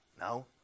No